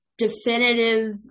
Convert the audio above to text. definitive